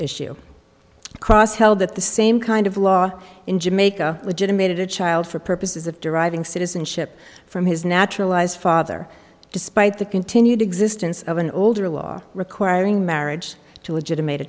issue across held that the same kind of law in jamaica legitimated a child for purposes of deriving citizenship from his naturalized father despite the continued existence of an older law requiring marriage to a digital made a